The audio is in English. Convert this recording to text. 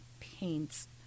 paints